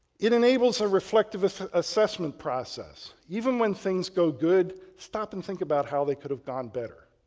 it enables a reflective assessment process. even when things go good, stop and think about how they could have gone better.